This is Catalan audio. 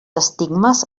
estigmes